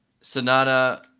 Sonata